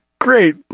Great